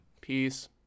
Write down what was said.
Peace